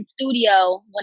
studio